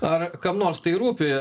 ar kam nors tai rūpi